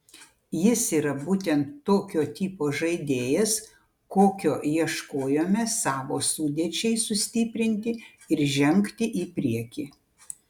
jis yra būtent tokio tipo žaidėjas kokio ieškojome savo sudėčiai sustiprinti ir žengti į priekį